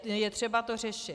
Je třeba to řešit.